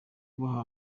kubaha